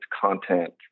content